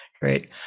Great